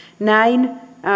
näin